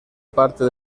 parte